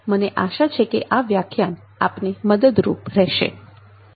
મને આશા છે કે આ વ્યાખ્યાન આપને મદદરૂપ રહેશે